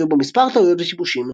היו בו מספר טעויות ושיבושים,